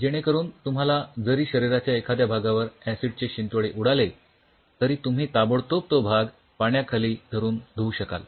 जेणे करून समजा जरी शरीराच्या एखाद्या भागावर ऍसिडचे शिंतोडे उडाले तरी तुम्ही ताबडतोब तो भाग पाण्याखाली धरून धुवू शकाल